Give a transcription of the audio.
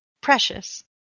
precious